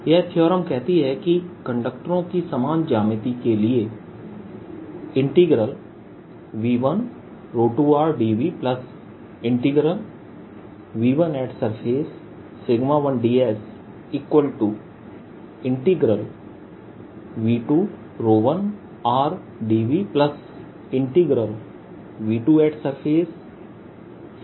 यह थीअरम कहती है कि कंडक्टरों की समान ज्यामिति के लिए V12rdVV1surface1dSV21rdVV2surface1dS होता है